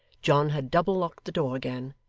john had double-locked the door again,